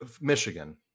Michigan